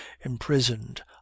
imprisoned